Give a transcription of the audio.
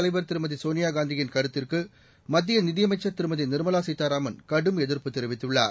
தலைவர் திருமதி சோனியா காந்தியின் கருத்துக்கு மத்திய நிதியமைச்சர் திருமதி நிர்மலா சீதாராமன் கடும் எதிர்ப்பு தெரிவித்துள்ளார்